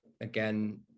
Again